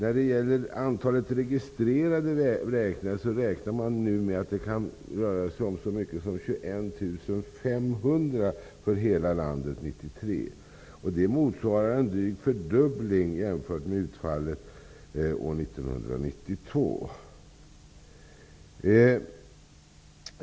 Vad gäller registrerade vräkningar, räknar man med så mycket som 21 500 vräkningar för hela landet 1993. Det motsvarar en dryg fördubbling, jämfört med utfallet år 1992.